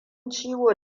ciwo